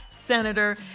senator